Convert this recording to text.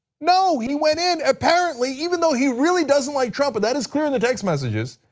no, he went in, apparently even though he really doesn't like trump, but that is clear in the text messages,